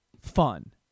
fun